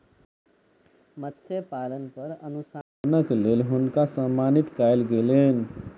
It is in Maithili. मत्स्य पालन पर अनुसंधानक लेल हुनका सम्मानित कयल गेलैन